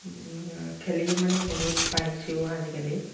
খেলি মানে বহুত পাৰিছেও আজিকালি